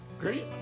great